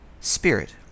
spirit